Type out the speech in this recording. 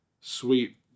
sweet